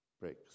bricks